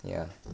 ya